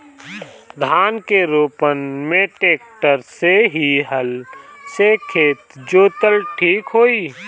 धान के रोपन मे ट्रेक्टर से की हल से खेत जोतल ठीक होई?